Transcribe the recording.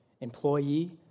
employee